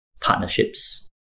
partnerships